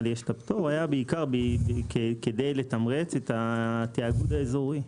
הפטור היה בעיקר כדי לתמרץ את התאגוד האזורי.